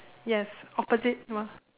yes opposite